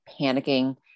panicking